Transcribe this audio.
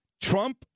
Trump